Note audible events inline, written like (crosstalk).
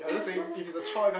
(laughs)